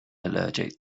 allergic